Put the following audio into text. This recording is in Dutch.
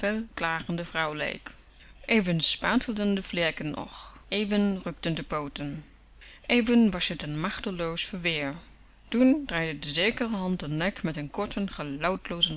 fel klagende vrouw leek even spartelden de vlerken nog even rukten de pooten even was t n machteloos verweer toen draaide de zekere hand den nek met n korten